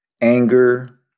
anger